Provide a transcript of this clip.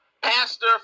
Pastor